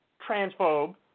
transphobe